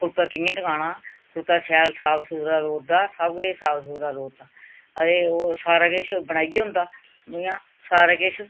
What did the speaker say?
फुलका कियां टकाना फुलका शैल साफ सुथरा लोड़दा सब किश साफ सुथरा लोड़दा आं ते ओह् सारा किश बनाइयै होंदा जियां सारा किश